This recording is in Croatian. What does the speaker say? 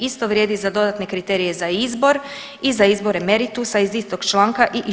Isto vrijedi za dodatne kriterije za izbor i za izbore emeritusa iz istog članka i iz